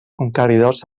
conqueridors